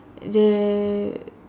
they